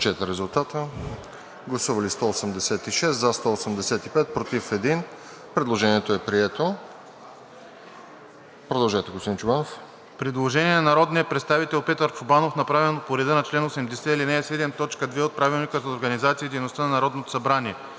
Предложението е прието.